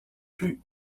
plus